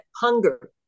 hunger